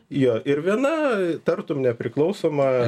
jo ir viena tartum nepriklausoma